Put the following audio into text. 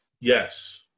Yes